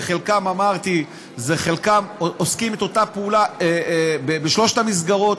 וחלקם עושים את אותה פעולה בשלוש המסגרות,